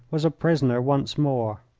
was a prisoner once more.